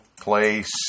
place